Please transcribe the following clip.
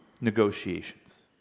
negotiations